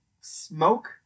smoke